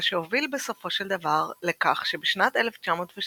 מה שהוביל בסופו של דבר לכך שבשנת 1917